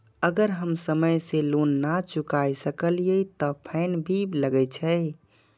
अगर हम समय से लोन ना चुकाए सकलिए ते फैन भी लगे छै?